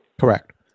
Correct